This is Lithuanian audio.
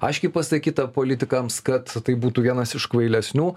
aiškiai pasakyta politikams kad tai būtų vienas iš kvailesnių